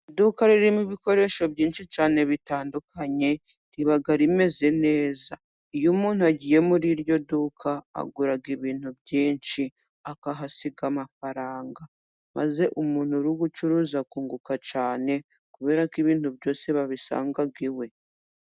Iduka ririmo ibikoresho byinshi cyane bitandukanye riba rimeze neza, iyo umuntu agiye muri iryo duka agurara ibintu byinshi, akahasiga amafaranga, maze umuntu uri gucuruza akunguka cyane kubera ko ibintu byose babisanga iwe.